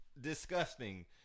disgusting